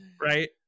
right